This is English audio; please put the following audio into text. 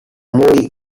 movie